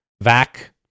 VAC